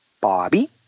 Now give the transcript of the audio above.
Bobby